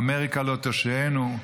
אמריקה לא תושיענו,